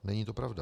Není to pravda.